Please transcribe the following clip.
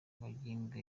magingo